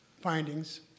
findings